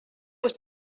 was